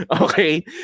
Okay